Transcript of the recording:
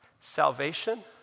Salvation